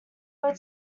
were